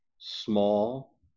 small